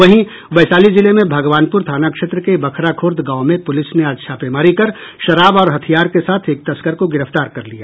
वहीं वैशाली जिले में भगवानपुर थाना क्षेत्र के बखराखुर्द गांव में पुलिस ने आज छापेमारी कर शराब और हथियार के साथ एक तस्कर को गिरफ्तार कर लिया